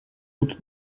toutes